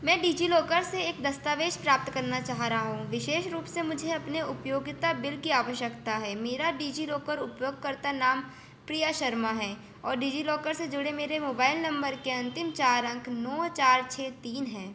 मैं डिज़िलॉकर से एक दस्तावेज़ प्राप्त करना चाह रहा हूँ विशेष रूप से मुझे अपने उपयोगिता बिल की आवश्यकता है मेरा डिज़िलॉकर उपयोगकर्ता नाम प्रिया शर्मा है और डिज़िलॉकर से जुड़े मेरे मोबाइल नम्बर के अन्तिम चार अंक नौ चार छह तीन हैं